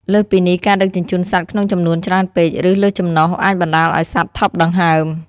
លើសពីនេះ ការដឹកជញ្ជូនសត្វក្នុងចំនួនច្រើនពេក ឬលើសចំណុះអាចបណ្តាលឱ្យសត្វថប់ដង្ហើម ។